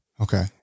Okay